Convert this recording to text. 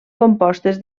compostes